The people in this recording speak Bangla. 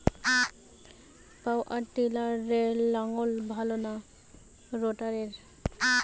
পাওয়ার টিলারে লাঙ্গল ভালো না রোটারের?